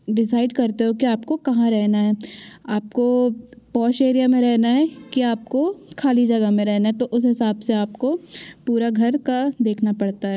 decide करते हो कि आपको कहाँ रहना है आपको पोश एरिया में रहना है कि आपको खाली जगह में रहना तो उसे हिसाब से आपको पूरा घर का देखना पड़ता है